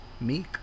Meek